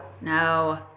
no